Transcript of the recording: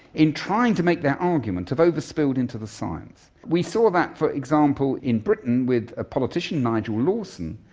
in trying to make their argument have over-spilled into the science. we saw that, for example, in britain with a politician, nigel lawson,